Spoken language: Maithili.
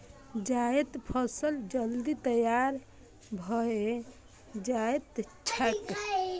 जायद फसल जल्दी तैयार भए जाएत छैक